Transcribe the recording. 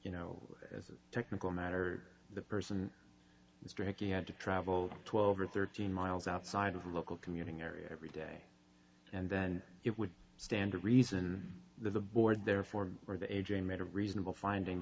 you know as a technical matter the person is drinking had to travel twelve or thirteen miles outside of the local commuting area every day and then it would stand to reason that the board therefore or the a j made a reasonable finding